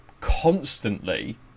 constantly